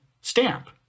stamp